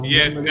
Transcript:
Yes